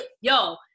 Yo